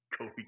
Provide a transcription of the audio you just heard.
Kofi